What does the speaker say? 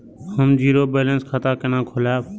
हम zero balance खाता केना खोलाब?